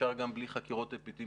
אפשר גם בלי חקירות אפידמיולוגיות,